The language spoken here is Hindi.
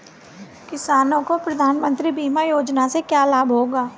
किसानों को प्रधानमंत्री बीमा योजना से क्या लाभ होगा?